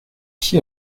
qui